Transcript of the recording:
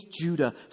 Judah